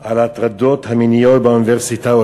על ההטרדות המיניות באוניברסיטאות.